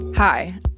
Hi